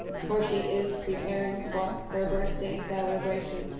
for she is pre-par-ing for her birth-day cel-e-bra-tion,